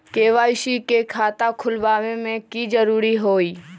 KYC के खाता खुलवा में की जरूरी होई?